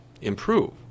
improve